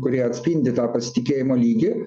kurie atspindi tą pasitikėjimo lygį